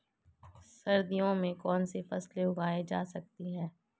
सर्दियों में कौनसी फसलें उगाई जा सकती हैं?